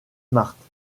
marthe